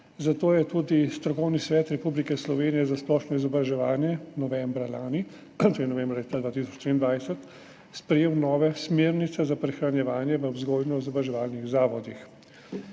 zato je tudi Strokovni svet Republike Slovenije za splošno izobraževanje novembra lani, torej novembra leta 2023, sprejel nove smernice za prehranjevanje v vzgojno-izobraževalnih zavodih.